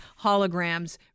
holograms